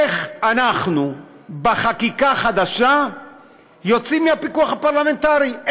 איך אנחנו בחקיקה חדשה יוצאים מהפיקוח הפרלמנטרי?